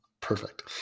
Perfect